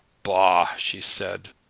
bah, she said.